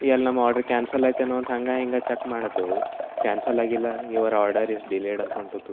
ಎಲ್ಲಿ ನಮ್ಮ order cancel ಆಯಿತೇನೋ ಅಂತ ಹಂಗೆ ಹಿಂಗೆ ಚಕ್ ಮಾಡತೆವು ಕ್ಯಾನ್ಸಲ್ ಆಗಿಲ್ಲ ಯುವರ್ ಆರ್ಡರ್ ಈಸ್ ಡಿಲೇಡ್ ಅಂತೊಂಟುತು